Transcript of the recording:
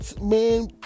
man